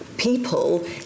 people